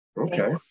Okay